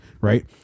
right